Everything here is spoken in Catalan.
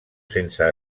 sense